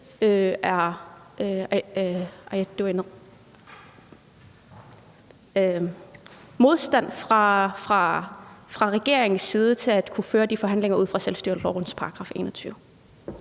modstand fra regeringens side mod at kunne føre de forhandlinger ud fra selvstyrelovens § 21.